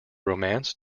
romance